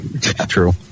True